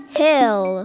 hill